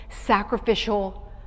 sacrificial